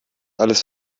alles